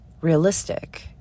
realistic